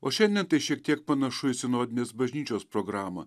o šiandien tai šiek tiek panašu į sinodinės bažnyčios programą